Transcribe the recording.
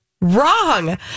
wrong